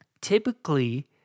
typically